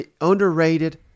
underrated